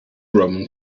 roman